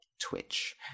Twitch